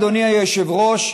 אדוני היושב-ראש,